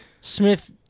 Smith